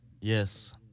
Yes